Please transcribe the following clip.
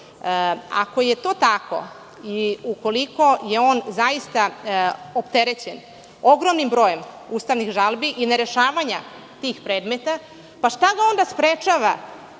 Ako je to tako i ukoliko je on zaista opterećen ogromnim brojem ustavnih žalbi i nerešavanja tih predmeta, pa šta ga onda sprečava